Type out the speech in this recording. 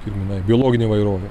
kirminai biologinė įvairovė